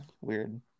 weird